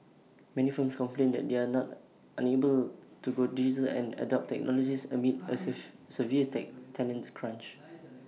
many firms complain that they are not unable to go digital and adopt technologies amid A severe tech talent crunch